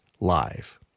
Live